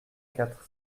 quatre